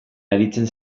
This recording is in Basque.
aritzen